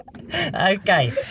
Okay